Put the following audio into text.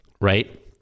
right